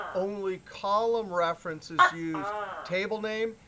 only column references use table name,